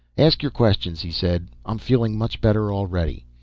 ask your questions, he said. i'm feeling much better already.